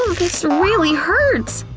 this really hurts!